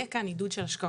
יהיה כאן עידוד של השקעות.